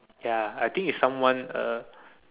ya I think is someone uh